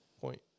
Point